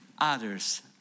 Others